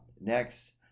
Next